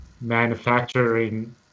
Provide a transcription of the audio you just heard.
manufacturing